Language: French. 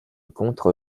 contre